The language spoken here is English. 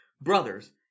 Brothers